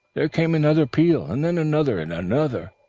there came another peal, and then another and another.